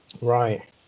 Right